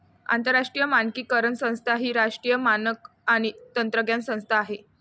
आंतरराष्ट्रीय मानकीकरण संस्था ही राष्ट्रीय मानक आणि तंत्रज्ञान संस्था आहे